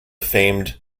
famed